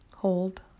Hold